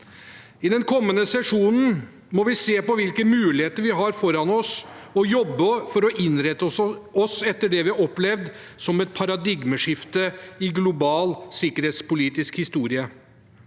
I den kommende sesjonen må vi se på hvilke mulig heter vi har foran oss, og jobbe for å innrette oss etter det vi har opplevd som et paradigmeskifte i global sikkerhetspolitisk historie.